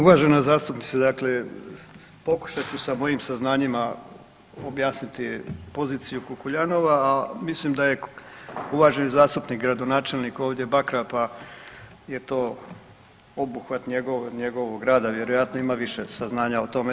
Uvažena zastupnice, dakle pokušat ću sa mojim saznanjima objasniti poziciju Kukuljanova, a mislim da je uvaženi zastupnik gradonačelnik ovdje Bakra, pa je to obuhvat njegov, njegovog rada, vjerojatno ima više saznanja o tome.